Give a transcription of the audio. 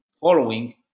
following